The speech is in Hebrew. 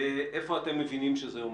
ואיפה אתם מבינים שזה עומד.